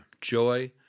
joy